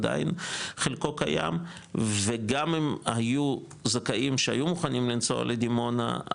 עדיין חלקו קיים וגם אם היו זכאים שהיו מוכנים לנסוע לדימונה,